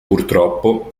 purtroppo